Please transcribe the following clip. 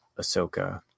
Ahsoka